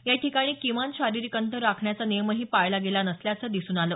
या ठिकाणी किमान शारीरिक अंतर राखण्याचा नियमही पाळला गेला नसल्याचं दिसून आलं